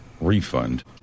refund